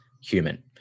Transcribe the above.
human